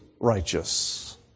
righteous